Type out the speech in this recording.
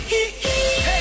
Hey